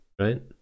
right